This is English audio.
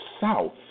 south